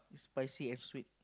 spicy and sweet